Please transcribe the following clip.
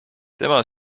tema